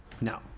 No